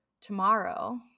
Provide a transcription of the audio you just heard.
tomorrow